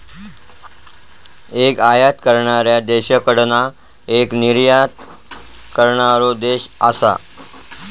एक आयात करणाऱ्या देशाकडना एक निर्यात करणारो देश असा